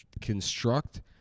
construct